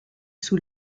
sous